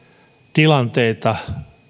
tilanteita